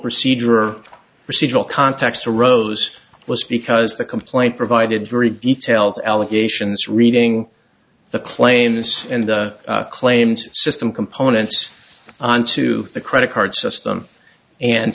procedure or procedural context arose was because the complaint provided very detailed allegations reading the claims and claims system components onto the credit card system and